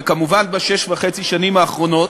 וכמובן בשש השנים וחצי האחרונות,